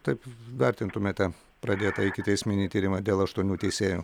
taip vertintumėte pradėtą ikiteisminį tyrimą dėl aštuonių teisėjų